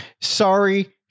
Sorry